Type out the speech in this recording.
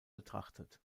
betrachtet